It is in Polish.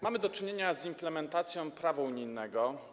Mamy do czynienia z implementacją prawa unijnego.